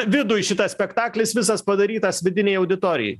viduj šitas spektaklis visas padarytas vidinei auditorijai